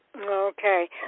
Okay